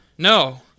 No